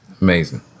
Amazing